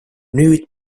nüüd